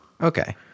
Okay